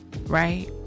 right